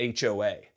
hoa